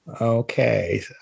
Okay